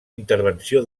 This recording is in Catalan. intervenció